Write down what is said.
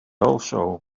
also